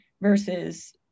versus